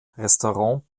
restaurant